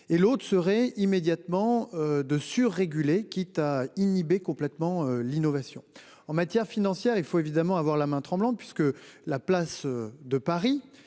Et l'autre serait immédiatement de sur-régulé quitte à inhiber complètement l'innovation en matière financière, il faut évidemment avoir la main tremblante puisque la place de Paris